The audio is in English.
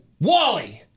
Wally